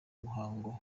muhango